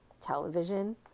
television